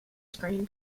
screen